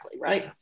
right